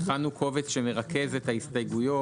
הכנו קובץ שמרכז את ההסתייגויות,